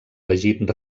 elegit